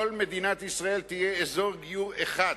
כל מדינת ישראל תהיה אזור גיור אחד,